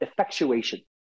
effectuation